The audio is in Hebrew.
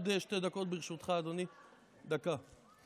ברשותך, אדוני, עוד דקה.